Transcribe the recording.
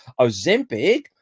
Ozempic